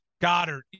Goddard